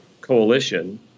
coalition